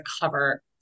cover